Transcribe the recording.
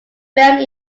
filmed